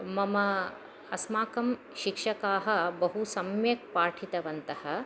मम अस्माकं शिक्षकाः बहु सम्यक् पाठितवन्तः